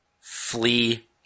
flee